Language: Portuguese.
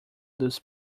dos